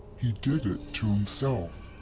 he did it to himself.